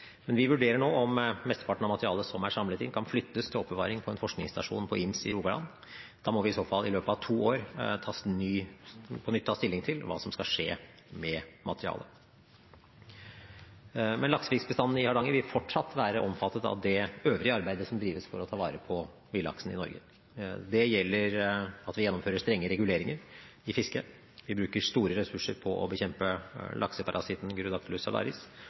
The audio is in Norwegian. Vi vurderer nå om mesteparten av materialet som er samlet inn, kan flyttes til oppbevaring på forskningsstasjonen på Ims i Rogaland. Da må vi i så fall i løpet av to år på nytt ta stilling til hva som skal skje med materialet. Laksefiskbestandene i Hardanger vil fortsatt være omfattet av det øvrige arbeidet som drives for å ta vare på villaksen i Norge. Det gjelder at vi gjennomfører strenge reguleringer i fisket. Vi bruker store ressurser på å bekjempe lakseparasitten Gyrodactylus salaris